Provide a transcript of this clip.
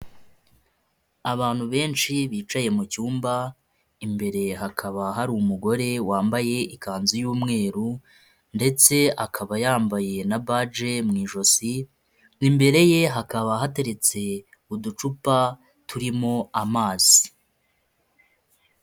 Abantu benshi bicaye mu cyumba imbere hakaba hari umugore wambaye ikanzu y'umweru ndetse akaba yambaye na badge mu ijosi imbere ye hakaba hateretse uducupa turimo amazi.